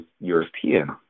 European